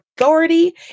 authority